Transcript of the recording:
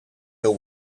till